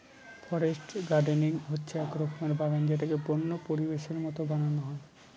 forest gardening হচ্ছে এক রকমের বাগান যেটাকে বন্য পরিবেশের মতো বানানো হয়